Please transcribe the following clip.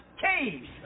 caves